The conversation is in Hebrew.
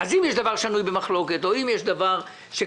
אם יש דבר שנוי במחלוקת, או יש דבר שכתוצאה